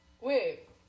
Wait